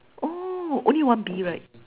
oh only one bee right